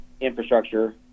infrastructure